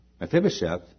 Mephibosheth